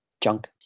junk